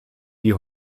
die